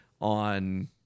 on